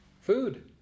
Food